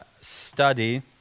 study